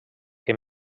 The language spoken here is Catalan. que